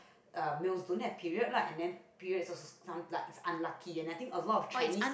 a male don't have period lah and then period is also some like unlucky I think a lot of Chinese